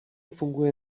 funguje